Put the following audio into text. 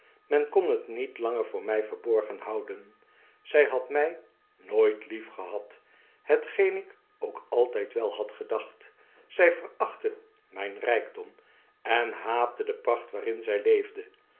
men kon het niet langer voor mij verborgen houden zij had mij nooit liefgehad hetgeen ik ook altijd wel had gedacht zij verachtte mijn rijkdom en haatte de pracht waarin zij leefde